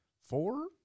four